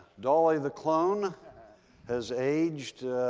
dolly the clone has aged